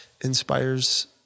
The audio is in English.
inspires